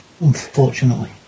Unfortunately